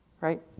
right